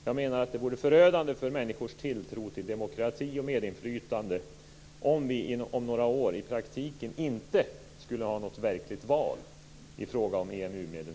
Jag menar att det vore förödande för människors tilltro till demokrati och medinflytande om vi om några år i praktiken inte skulle ha något verkligt val i fråga om